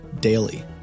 daily